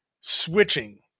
switching